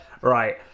Right